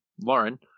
Lauren